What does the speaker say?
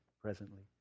presently